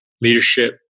leadership